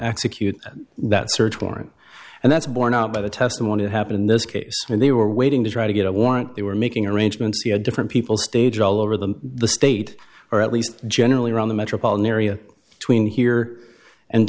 execute that search warrant and that's borne out by the testimony that happen in this case and they were waiting to try to get a warrant they were making arrangements he had different people stage all over the the state or at least generally around the metropolitan area tween here and